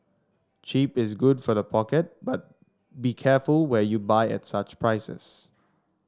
cheap is good for the pocket but be careful where you buy at such prices